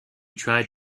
tried